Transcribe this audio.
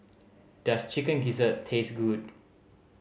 does Chicken Gizzard taste good